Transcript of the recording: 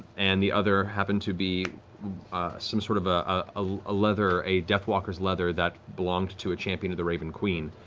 and the other happened to be some sort of ah ah a leather, a deathwalker's leather that belonged to a champion of the raven queen.